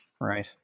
Right